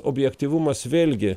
objektyvumas vėlgi